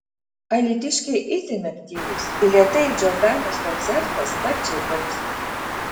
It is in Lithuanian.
alytiškiai itin aktyvūs bilietai į džordanos koncertą sparčiai tirpsta